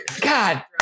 god